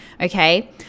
Okay